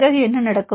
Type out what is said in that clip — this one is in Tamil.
பிறகு என்ன நடக்கும்